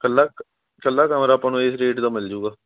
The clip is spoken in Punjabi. ਇਕੱਲਾ ਇਕੱਲਾ ਕਮਰਾ ਆਪਾਂ ਨੂੰ ਇਸ ਰੇਟ ਦਾ ਮਿਲ ਜੂਗਾ